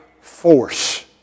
force